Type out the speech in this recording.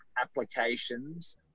applications